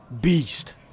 Beast